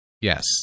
Yes